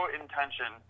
intention